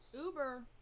uber